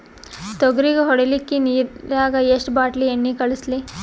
ತೊಗರಿಗ ಹೊಡಿಲಿಕ್ಕಿ ನಿರಾಗ ಎಷ್ಟ ಬಾಟಲಿ ಎಣ್ಣಿ ಕಳಸಲಿ?